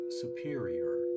superior